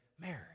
Mary